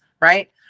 right